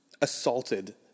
assaulted